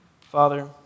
Father